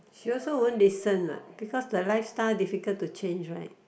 she also won't listen what because the lifestyle difficult to change right